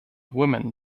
woman